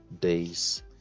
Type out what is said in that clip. days